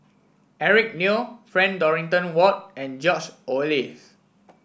Eric Neo Frank Dorrington Ward and George Oehlers